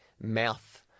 Mouth